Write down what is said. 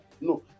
No